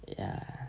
ya